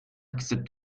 accept